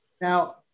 Now